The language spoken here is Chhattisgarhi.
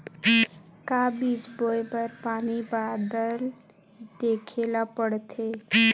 का बीज बोय बर पानी बादल देखेला पड़थे?